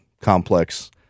complex